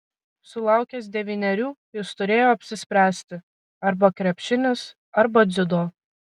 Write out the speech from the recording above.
sulaukęs devynerių jis turėjo apsispręsti arba krepšinis arba dziudo